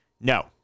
No